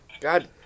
God